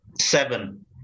seven